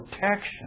protection